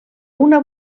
una